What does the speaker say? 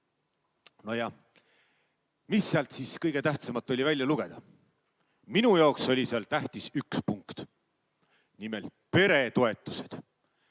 No ja mis sealt siis kõige tähtsamat oli välja lugeda? Minu jaoks oli tähtis üks punkt. Nimelt peretoetused.